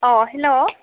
hello